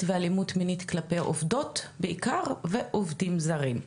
ואלימות מינית כלפיי עובדות בעיקר ועובדים זרים.